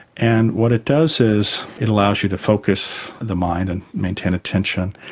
and what it does is it allows you to focus the mind and maintain attention,